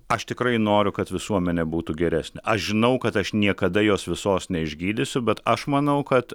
aš tikrai noriu kad visuomenė būtų geresnė aš žinau kad aš niekada jos visos neišgydysiu bet aš manau kad